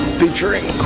featuring